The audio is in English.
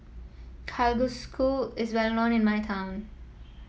kalguksu is well known in my town